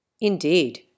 Indeed